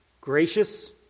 gracious